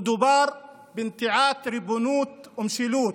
מדובר בנטיעת ריבונות ומשילות,